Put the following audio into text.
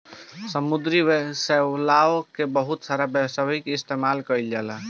समुंद्री शैवाल के बहुत सारा व्यावसायिक इस्तेमाल कईल जाला